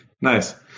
Nice